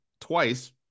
twice